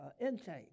intake